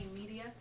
media